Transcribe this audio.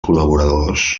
col·laboradors